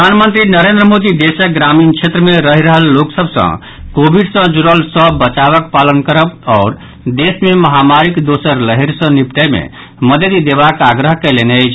प्रधानमंत्री नरेन्द्र मोदी देशक ग्रामीण क्षेत्र मे रहि रहल लोक सभ सँ कोविड सँ जुड़ल सभ बचावक पालन करब आओर देश मे महामारीक दोसर लहरि सँ निपटय मे मददि देबाक आग्रह कयलनि अछि